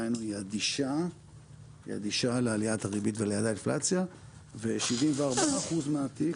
עדיין היא אדישה לעליית הריבית וליעד האינפלציה ו-74% מהתיק